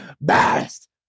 best